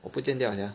我不见掉 sia